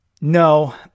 No